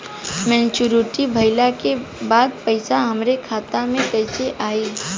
Maturity भईला के बाद पईसा हमरे खाता में कइसे आई?